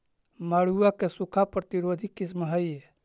मड़ुआ के सूखा प्रतिरोधी किस्म हई?